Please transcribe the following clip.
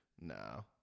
No